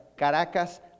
Caracas